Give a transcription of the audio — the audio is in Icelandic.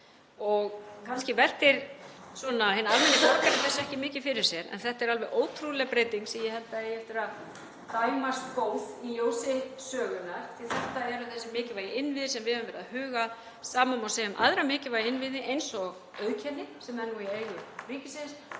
Kannski veltir hinn almenni borgari þessu ekki mikið fyrir sér en þetta er alveg ótrúleg breyting sem ég held að eigi eftir að dæmast góð í ljósi sögunnar. Þetta eru þessir mikilvægu innviðir sem við höfum verið að huga að. Sama má segja um aðra mikilvæga innviði eins og Auðkenni, sem er nú í eigu ríkisins